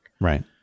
Right